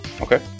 Okay